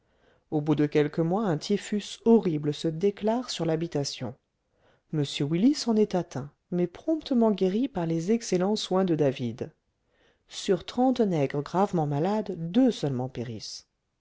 au bout de quelques mois un typhus horrible se déclare sur l'habitation m willis en est atteint mais promptement guéri par les excellents soins de david sur trente nègres gravement malades deux seulement